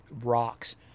rocks